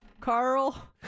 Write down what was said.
Carl